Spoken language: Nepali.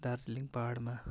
दार्जिलिङ पाहाडमा